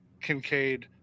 Kincaid